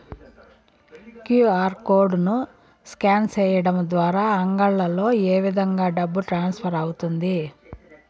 QR code ను scan సేయడం ద్వారా అంగడ్లలో ఏ విధంగా డబ్బు ట్రాన్స్ఫర్ అవుతుంది